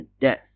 death